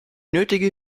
nötige